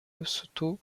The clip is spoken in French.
lesotho